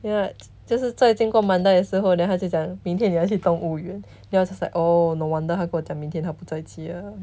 ya 就是在经过 mandai 的时候 then 他就讲明天你要去动物园 then 我 just like oh no wonder 他跟我讲明天他不在家